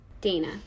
Dana